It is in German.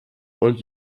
und